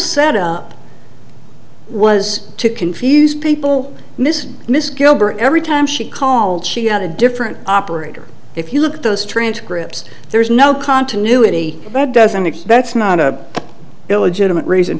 set up was to confuse people miss miss gilbert every time she called she had a different operator if you look at those transcripts there's no continuity that doesn't mean that's not a illegitimate reason